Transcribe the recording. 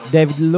David